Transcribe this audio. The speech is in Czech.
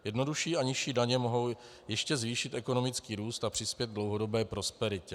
Jednodušší a nižší daně mohou ještě zvýšit ekonomický růst a přispět k dlouhodobé prosperitě.